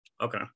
Okay